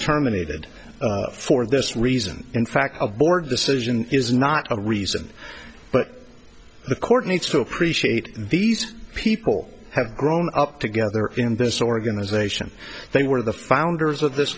terminated for this reason in fact of board decision is not a reason but the court needs to appreciate these people have grown up together in this organization they were the founders of this